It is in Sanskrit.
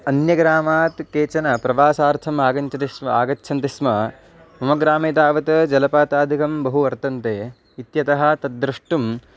अन्यग्रामात् केचन प्रवासार्थम् आगञ्च्छति स्म आगच्छन्ति स्म मम ग्रामे तावत् जलपातादिकं बहु वर्तन्ते इत्यतः तद्द्रष्टुं